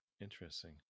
Interesting